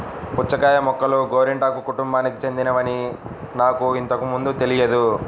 పుచ్చకాయ మొక్కలు గోరింటాకు కుటుంబానికి చెందినవని నాకు ఇంతకు మునుపు తెలియదు